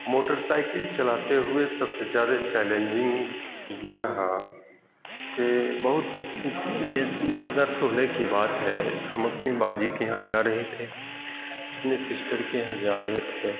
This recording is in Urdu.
موٹر سائیکل چلاتے ہوئے سب سے زیادہ چیلینجنگ یہ رہا کہ بہت دو ہزار سولہ کی بات ہے ہم اپنی باجی کے یہاں جا رہے تھے اپنی سسٹر کے یہاں جا رہے تھے